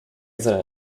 isn’t